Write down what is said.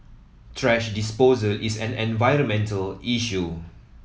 thrash disposal is an environmental issue